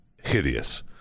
hideous